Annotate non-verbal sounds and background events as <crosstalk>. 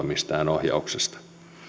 <unintelligible> mistään ohjauksesta riippumatonta